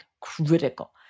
critical